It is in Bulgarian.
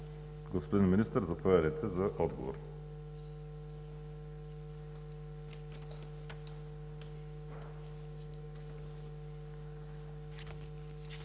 Господин Министър, заповядайте за отговор.